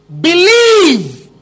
believe